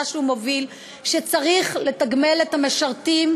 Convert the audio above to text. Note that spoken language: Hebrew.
שהוא מוביל היא שצריך לתגמל את המשרתים,